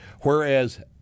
Whereas